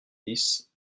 dix